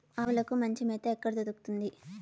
ఆవులకి మంచి మేత ఎక్కడ దొరుకుతుంది?